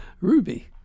Ruby